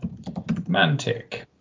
Mantic